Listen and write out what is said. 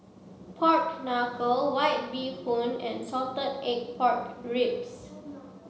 pork knuckle white bee hoon and salted egg pork ribs